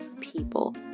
people